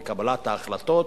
בקבלת ההחלטות.